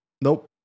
Nope